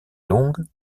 longue